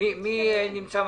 מי נמצא מהממשלה?